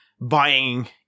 buying